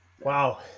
Wow